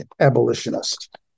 abolitionist